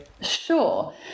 Sure